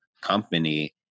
company